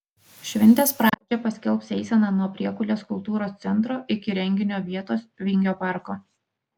šventės pradžią paskelbs eisena nuo priekulės kultūros centro iki renginio vietos vingio parko